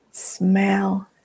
smell